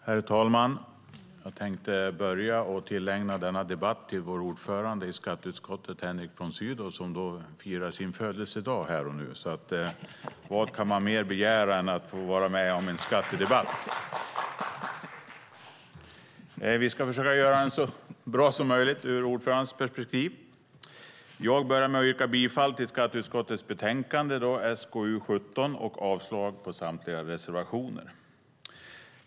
Herr talman! Jag tänkte börja med att tillägna denna debatt vår ordförande i skatteutskottet, Henrik von Sydow, som firar sin födelsedag här och nu. Vad kan man mer begära än att få vara med om en skattedebatt? Vi ska försöka göra den så bra som möjligt ur ordförandens perspektiv. Jag börjar med att yrka bifall till utskottets förslag i SkU17 och avslag på samtliga reservationer.